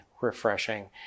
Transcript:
refreshing